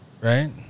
right